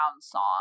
song